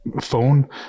phone